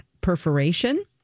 perforation